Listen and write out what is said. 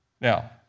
Now